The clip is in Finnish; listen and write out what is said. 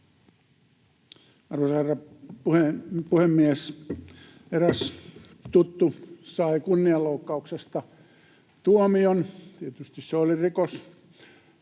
Arvoisa herra puhemies! Eräs tuttu sai kunnianloukkauksesta tuomion — tietysti se oli rikos